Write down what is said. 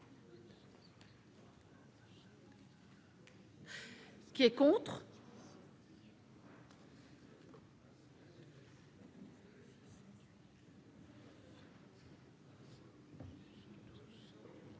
Qui est contre.